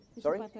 Sorry